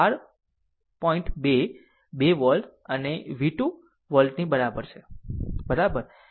2 2 volt અને v 2 વોલ્ટની બરાબર છે બરાબર